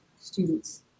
students